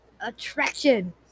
Attraction